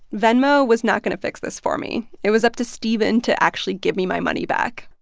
venmo was not going to fix this for me. it was up to stephen to actually give me my money back.